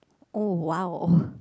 oh !wow!